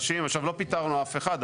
לא פיטרנו אף אחד,